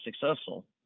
successful